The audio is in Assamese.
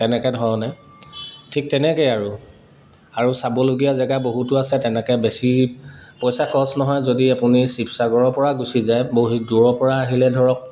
তেনেকৈ ধৰণে ঠিক তেনেকৈ আৰু আৰু চাবলগীয়া জেগা বহুতো আছে তেনেকৈ বেছি পইচা খৰচ নহয় যদি আপুনি শিৱসাগৰৰ পৰা গুচি যায় বহুত দূৰৰ পৰা আহিলে ধৰক